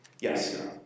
Yes